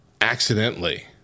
accidentally